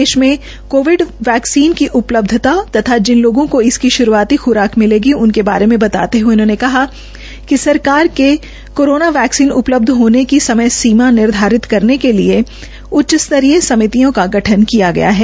देश में COVID vaccine की उपलब्धता तथा जिन लोगों को इसकी शुरूआती खुराक मिलेगी उनके बारे में बताते हए उन्होंने कहा कि सरकार ने कोरोना कोरोना वैक्सीन के उपलब्ध होने की समय सीमा निर्धारित करने के लिए उच्च स्तरीय समितियों का गठन किया है